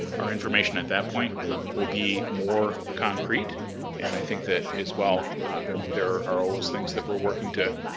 our information at that point will be more concrete and i think that as well there there are always things that we're working to